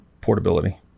portability